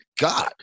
God